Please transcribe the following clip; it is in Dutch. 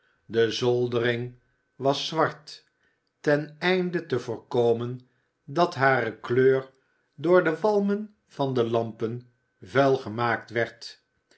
de zoldering was zwart ten einde te voorkomen dat hare kleur door het walmen van de lampen vuil gemaakt werd